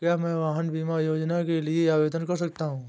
क्या मैं वाहन बीमा योजना के लिए आवेदन कर सकता हूँ?